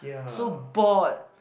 so bored